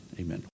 Amen